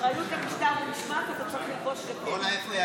אחריות למשטר ומשמעת, אתה צריך ללבוש ז'קט.